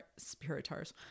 spiritars